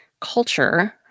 culture